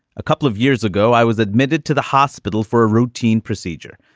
a couple of years ago i was admitted to the hospital for a routine procedure.